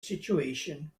situation